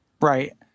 right